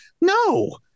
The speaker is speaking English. No